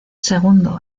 segundo